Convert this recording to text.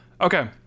okay